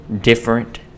different